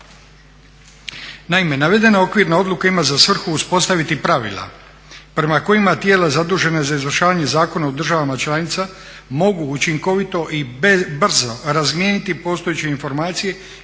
Naime, navedena okvirna odluka ima za svrhu uspostaviti pravila prema kojima tijela zadužena za izvršavanje zakona u državama članica mogu učinkovito i brzo razmijeniti postojeće informacije